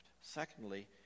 Secondly